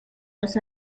los